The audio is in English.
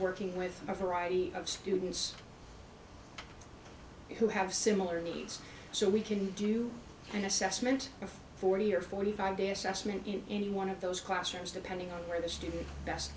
working with a variety of students who have similar needs so we can do an assessment of forty or forty five day assessment in any one of those classrooms depending on where the student